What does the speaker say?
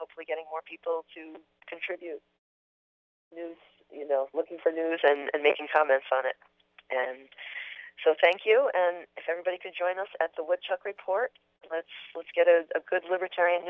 hopefully getting more people to contribute news you know looking for news and making comments on it and so thank you and everybody could join us at the what chuck report let's let's get a good libertarian